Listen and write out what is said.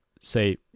say